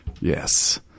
Yes